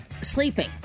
Sleeping